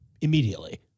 immediately